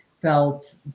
felt